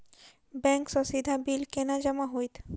Bank सँ सीधा bill केना जमा होइत?